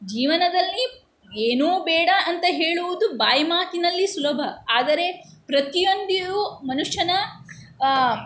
ಜೀವನದಲ್ಲಿ ಏನೂ ಬೇಡ ಅಂತ ಹೇಳುವುದು ಬಾಯಿಮಾತಿನಲ್ಲಿ ಸುಲಭ ಆದರೆ ಪ್ರತಿಯೊಂದಿಯೂ ಮನುಷ್ಯನ